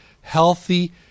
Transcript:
healthy